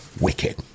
Wicked